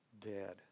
dead